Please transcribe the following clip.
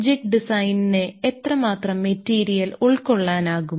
jig ഡിസൈനിനു എത്ര മാത്രം മെറ്റീരിയൽ ഉൾക്കൊള്ളാനാകും